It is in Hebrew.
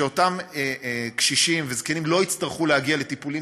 שאותם קשישים וזקנים לא יצטרכו להגיע לטיפולים